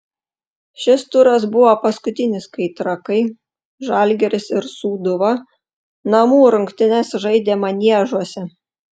šis turas buvo paskutinis kai trakai žalgiris ir sūduva namų rungtynes žaidė maniežuose